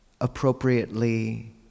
appropriately